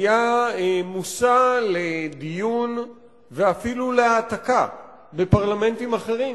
היה מושא לדיון ואפילו להעתקה בפרלמנטים אחרים,